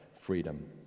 freedom